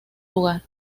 lugar